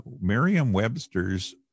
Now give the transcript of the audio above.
Merriam-Webster's